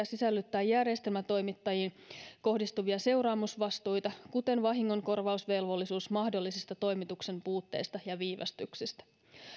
sisällyttää järjestelmätoimittajiin kohdistuvia seuraamusvastuita kuten vahingonkorvausvelvollisuus mahdollisista toimituksen puutteista ja viivästyksistä